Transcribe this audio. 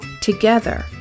Together